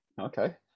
Okay